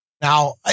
Now